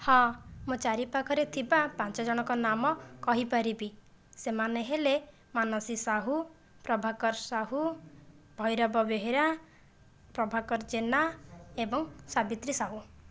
ହଁ ମୋ' ଚାରି ପାଖରେ ଥିବା ପାଞ୍ଚ ଜଣଙ୍କ ନାମ କହିପାରିବି ସେମାନେ ହେଲେ ମାନସୀ ସାହୁ ପ୍ରଭାକର ସାହୁ ଭୈରବ ବେହେରା ପ୍ରଭାକର ଜେନା ଏବଂ ସାବିତ୍ରୀ ସାହୁ